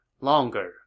longer